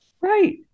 Right